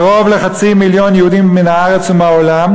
קרוב לחצי מיליון יהודים מן הארץ ומן העולם